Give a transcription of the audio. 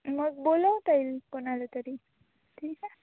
मग बोलवता येईल कोणाला तरी ठीक आहे